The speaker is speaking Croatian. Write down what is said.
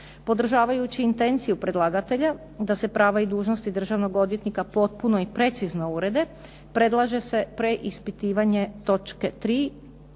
Podržavajući intenciju predlagatelja da se prava i dužnosti državnog odvjetnika potpuno i precizno urede, predlaže se preispitivanje točke 3.